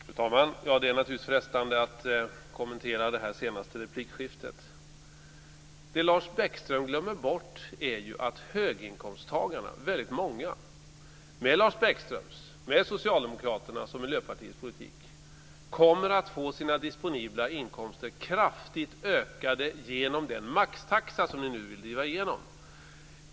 Fru talman! Det är naturligtvis frestande att kommentera det senaste replikskiftet. Lars Bäckström glömmer ju bort att väldigt många höginkomsttagare med Lars Bäckströms, Socialdemokraternas och Miljöpartiets politik kommer att få sina disponibla inkomster kraftigt ökade genom den maxtaxa som ni nu vill driva igenom.